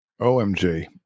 omg